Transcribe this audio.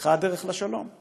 נפתחה הדרך לשלום.